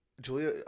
Julia